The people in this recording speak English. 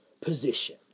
position